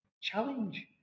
challenge